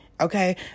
okay